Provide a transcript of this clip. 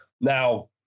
Now